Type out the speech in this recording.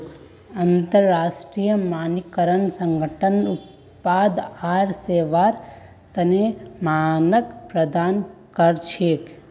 अंतरराष्ट्रीय मानकीकरण संगठन उत्पाद आर सेवार तने मानक प्रदान कर छेक